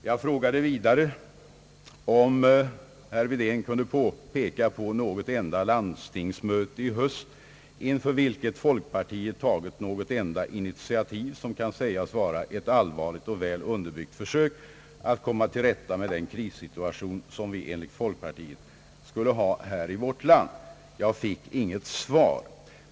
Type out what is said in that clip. Jag frågade vidare, om herr Wedén kunde peka på något enda landstingsmöte i höst, inför vilket folkpartiet tagit något initiativ som kan sägas vara ett allvarligt och väl underbyggt försök att komma till rätta med den krissituation, som vi enligt folk partiet skulle ha i vårt land. Jag fick inget svar.